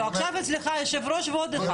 עכשיו אצלך היושב-ראש ועוד אחד.